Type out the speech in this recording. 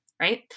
right